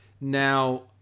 Now